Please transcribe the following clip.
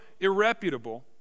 irreputable